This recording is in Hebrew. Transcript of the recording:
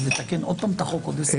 ותקן עוד פעם את החוק עוד עשר שנים.